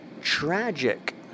tragic